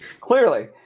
Clearly